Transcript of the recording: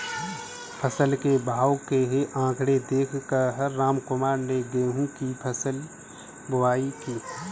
फसल के भाव के आंकड़े देख कर रामकुमार ने गेहूं की बुवाई की